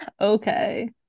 Okay